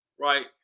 right